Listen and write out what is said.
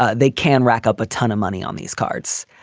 ah they can rack up a ton of money on these cards.